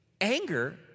anger